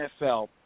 NFL